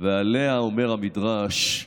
ועליה אומר המדרש: